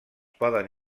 poden